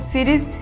Series